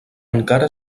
encara